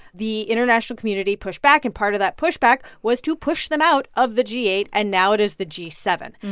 the international community pushed back, and part of that pushback was to push them out of the g eight. and now it is the g seven.